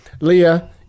Leah